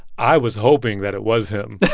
i was hoping that it was him.